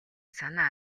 санаа